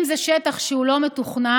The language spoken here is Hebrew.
אם זה שטח שהוא לא מתוכנן,